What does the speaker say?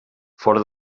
fora